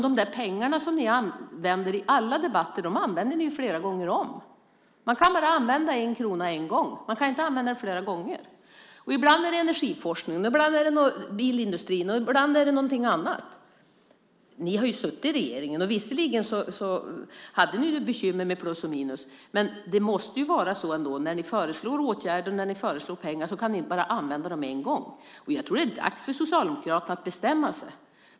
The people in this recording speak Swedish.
De pengar som ni pratar om i alla debatter använder ni ju flera gånger om. Man kan bara använda en krona en gång. Man kan inte använda den flera gånger. Ibland handlar det om energiforskningen, ibland om bilindustrin och ibland om något annat. Ni har ju suttit i regeringen, och visserligen hade ni bekymmer med plus och minus, men när ni föreslår pengar till åtgärder kan ni bara använda dem en gång. Jag tror att det är dags för Socialdemokraterna att bestämma sig.